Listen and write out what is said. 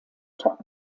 top